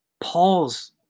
Paul's